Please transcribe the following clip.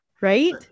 right